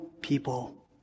people